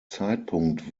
zeitpunkt